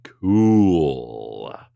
cool